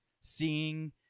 seeing